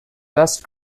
best